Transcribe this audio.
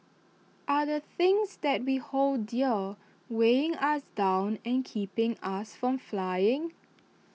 are the things that we hold dear weighing us down and keeping us from flying